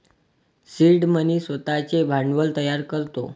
seed money स्वतःचे भांडवल तयार करतो